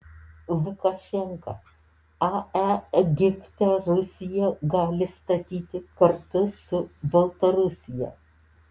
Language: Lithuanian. lukašenka ae egipte rusija gali statyti kartu su baltarusija